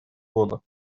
года